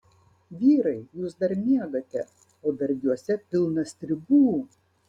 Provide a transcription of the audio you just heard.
vyrai jūs dar miegate o dargiuose pilna stribų